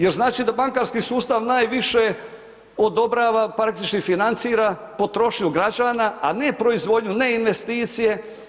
Jer znači da bankarski sustav najviše odobrava praktički financira potrošnju građana, a ne proizvodnju, ne investicije.